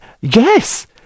Yes